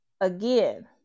again